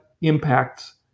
impacts